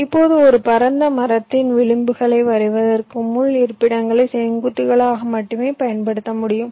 இப்போது ஒரு பரந்த மரத்தில் விளிம்புகளை வரைவதற்கு முள் இருப்பிடங்களை செங்குத்துகளாக மட்டுமே பயன்படுத்த முடியும்